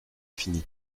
fini